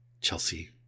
Chelsea